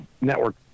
network